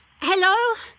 Hello